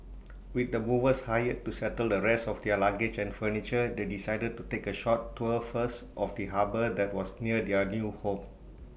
with the movers hired to settle the rest of their luggage and furniture they decided to take A short tour first of the harbour that was near their new home